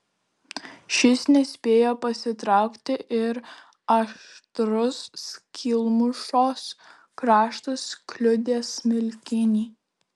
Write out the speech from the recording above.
šis nespėjo pasitraukti ir aštrus skylmušos kraštas kliudė smilkinį